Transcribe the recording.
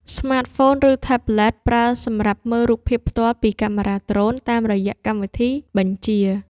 ស្មាតហ្វូន ឬថេប្លេត ប្រើសម្រាប់មើលរូបភាពផ្ទាល់ពីកាមេរ៉ាដ្រូនតាមរយៈកម្មវិធីបញ្ជា។